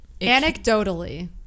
Anecdotally